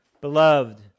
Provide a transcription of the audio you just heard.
beloved